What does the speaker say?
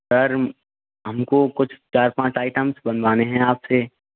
sir हमको कुछ चार पाँच आइटम्स बनवाने हैं आपसे